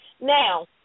Now